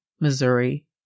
Missouri